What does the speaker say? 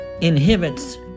inhibits